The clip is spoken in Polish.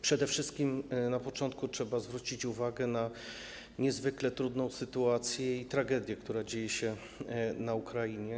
Przede wszystkim na początku trzeba zwrócić uwagę na niezwykle trudną sytuację i tragedię, która dzieje się na Ukrainie.